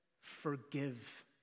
forgive